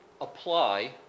apply